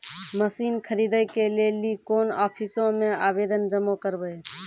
Machine खरीदै के लेली कोन आफिसों मे आवेदन जमा करवै?